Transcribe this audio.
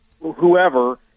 whoever